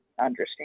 understand